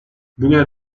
bugüne